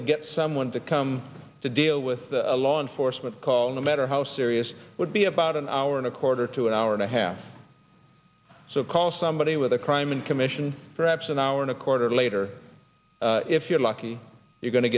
to get someone to come to deal with a law enforcement call no matter how serious would be about an hour and a quarter to an hour and a half so call somebody with a crime in commission perhaps an hour and a quarter later if you're lucky you're go